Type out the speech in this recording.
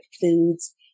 foods